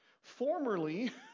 Formerly